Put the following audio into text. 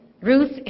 Ruth